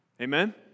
Amen